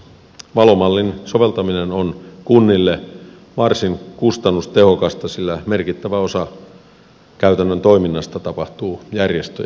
valo mallin soveltaminen on kunnille varsin kustannustehokasta sillä merkittävä osa käytännön toiminnasta tapahtuu järjestöjen kautta